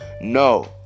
No